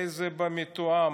איזה במתואם?